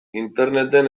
interneten